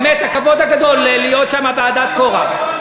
באמת הכבוד הגדול להיות שם בעדת קורח.